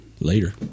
Later